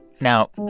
now